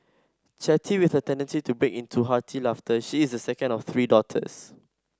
chatty with a tendency to break into hearty laughter she is the second of three daughters